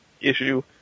issue